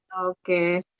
Okay